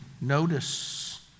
notice